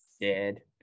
Dead